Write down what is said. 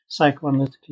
psychoanalytically